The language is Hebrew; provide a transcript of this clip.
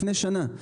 לפני שנה.